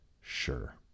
sure